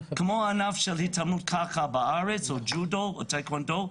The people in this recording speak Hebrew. כמו הענף של התעמלות קרקע בארץ או ג'ודו או טקוואנדו,